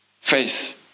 Face